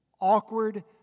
Awkward